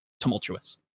Tumultuous